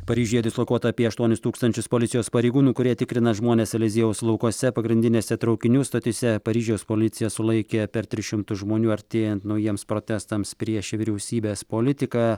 paryžiuje dislokuota apie aštuonis tūkstančius policijos pareigūnų kurie tikrina žmones eliziejaus laukuose pagrindinėse traukinių stotyse paryžiaus policija sulaikė per tris šimtus žmonių artėjant naujiems protestams prieš vyriausybės politiką